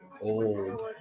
old